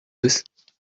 ist